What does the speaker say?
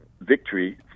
victory